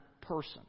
person